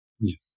Yes